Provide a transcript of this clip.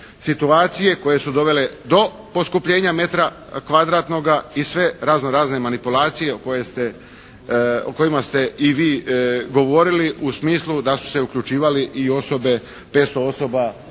situacije koje su dovele do poskupljenja metra kvadratnoga i sve razno razne manipulacije o kojima ste i vi govorili u smislu da su se uključivale osobe, 500 osoba